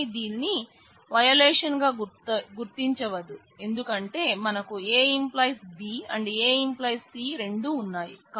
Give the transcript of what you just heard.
కాని దీనిని వయోలేషన్ గా గుర్తించవదు ఎందుకంటే మనకు A→ B A→ C రెండు ఉన్నాయి